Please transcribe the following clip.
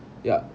ya